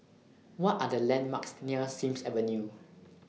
What Are The landmarks near Sims Avenue